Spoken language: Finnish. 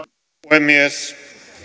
puhemies